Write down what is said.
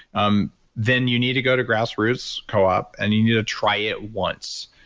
um then you need to go to grass roots co-op and you need to try it once.